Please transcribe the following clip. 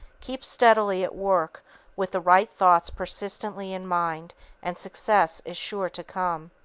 keep steadily at work with the right thoughts persistently in mind and success is sure to come.